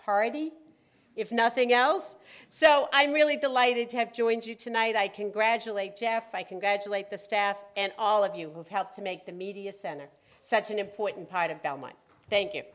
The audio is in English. party if nothing else so i'm really delighted to have joined you tonight i congratulate jeff i congratulate the staff and all of you who've helped to make the media center such an important part of belmont thank you